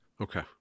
Okay